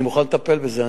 אני מוכן לטפל בזה.